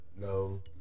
No